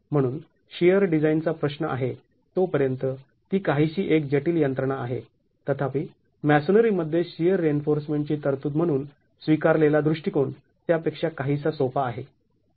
म्हणून shear design चा प्रश्न आहे तोपर्यंत ती काहीशी एक जटील यंत्रणा आहे तथापि मॅसोनरी मध्ये शिअर रिइन्फोर्समेंट ची तरतूद म्हणून स्वीकारलेला दृष्टिकोन त्यापेक्षा काहीसा सोपा आहे